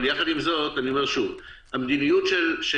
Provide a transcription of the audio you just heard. אבל יחד עם זאת אני אומר שוב: המדיניות שנעשתה